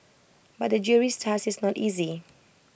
but the jury's task is not easy